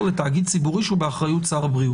לתאגיד ציבורי שהוא באחריות שר הבריאות.